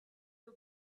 you